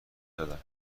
دادم